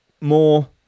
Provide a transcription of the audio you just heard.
more